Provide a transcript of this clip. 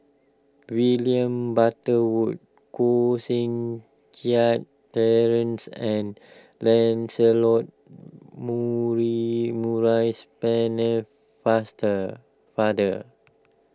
William Butterworth Koh Seng Kiat Terence and Lancelot muri Maurice Penne Faster Father